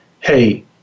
hey